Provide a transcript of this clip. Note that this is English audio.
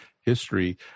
history